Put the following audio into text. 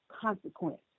consequence